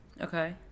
Okay